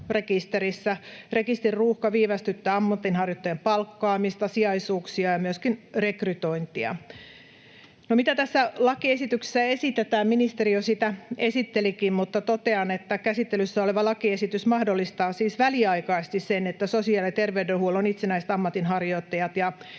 Rekisteriruuhka viivästyttää ammatinharjoittajien palkkaamista, sijaisuuksia ja myöskin rekrytointia. No mitä tässä lakiesityksessä esitetään? Ministeri jo sitä esittelikin, mutta totean, että käsittelyssä oleva lakiesitys mahdollistaa siis väliaikaisesti sen, että sosiaali- ja terveydenhuollon itsenäiset ammatinharjoittajat ja